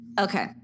Okay